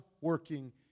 working